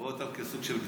רואה אותם כסוג של בדיחה.